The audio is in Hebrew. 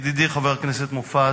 ידידי חבר הכנסת מופז,